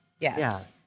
Yes